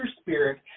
spirit